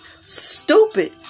Stupid